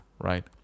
right